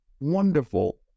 wonderful